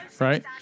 right